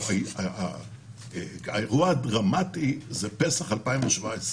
האירוע הדרמטי הוא פסח 2017,